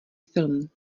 film